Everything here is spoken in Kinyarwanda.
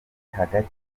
hagati